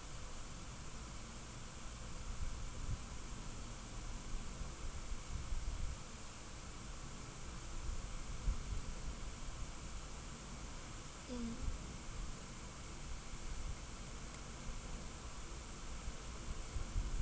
mm